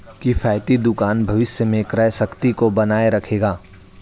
किफ़ायती दुकान भविष्य में क्रय शक्ति को बनाए रखेगा